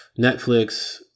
Netflix